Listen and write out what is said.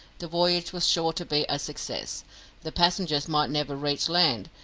the voyage was sure to be a success the passengers might never reach land,